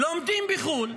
לומדים בחו"ל,